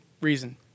reason